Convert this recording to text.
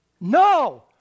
No